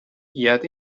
yet